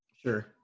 Sure